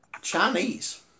Chinese